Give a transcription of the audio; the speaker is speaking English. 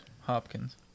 Hopkins